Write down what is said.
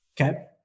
okay